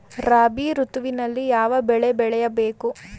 ರಾಬಿ ಋತುವಿನಲ್ಲಿ ಯಾವ ಬೆಳೆ ಬೆಳೆಯ ಬೇಕು?